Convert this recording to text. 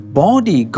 body